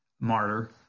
martyr